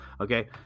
okay